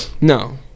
No